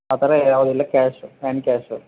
ಆ ಥರ ಯಾವುದೂ ಇಲ್ಲ ಕ್ಯಾಶ್ ಹ್ಯಾಂಡ್ ಕ್ಯಾಶ